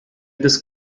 this